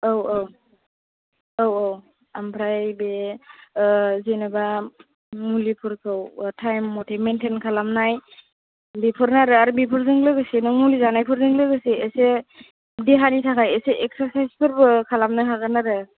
औ औ औ औ ओमफ्राय बे जेनबा मुलिफोरखौ टाइम मथे मेनतेइन खालामनाय बेफोरनो आरो आरो बेफोरजों लोगोसे नों मुलि जानायफोरजों लोगोसे एसे देहानि थाखाय एसे एक्सारसाइसफोरबो खालामनो हागोन आरो